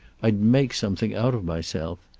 i'd make something out of myself.